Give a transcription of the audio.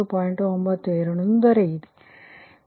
92 ದೊರೆಯುತ್ತದೆ